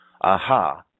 Aha